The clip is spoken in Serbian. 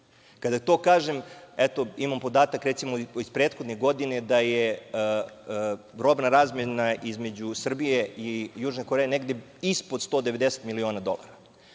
Kada to kažem, imam podatak iz prethodne godine da je robna razmena između Srbije i Južne Koreje negde ispod 190 miliona dolara.